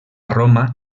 roma